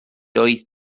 doedd